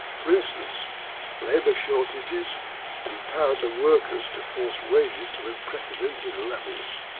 for instance labour shortages empowered the workers to force wages to unprecedented levels.